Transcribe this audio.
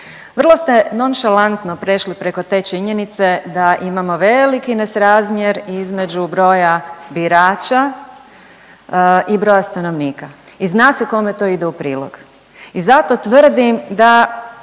Vrlo ste nonšalantno prešli preko te činjenice da imamo veliki nesrazmjer između broja birača i broja stanovnika. I zna se kome to ide u prilog. I zato tvrdim da